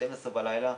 12:00 בלילה,